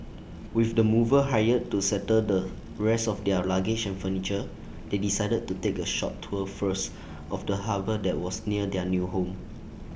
with the movers hired to settle the rest of their luggage and furniture they decided to take A short tour first of the harbour that was near their new home